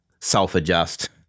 self-adjust